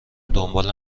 دنبال